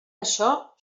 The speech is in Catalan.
això